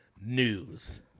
news